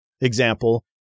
example